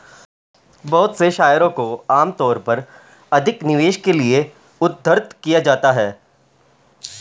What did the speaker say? बहुत से शेयरों को आमतौर पर अधिक निवेश के लिये उद्धृत किया जाता है